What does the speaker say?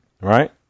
Right